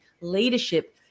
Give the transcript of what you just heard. leadership